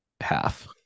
half